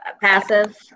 Passive